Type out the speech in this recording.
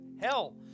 hell